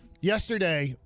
yesterday